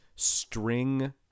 String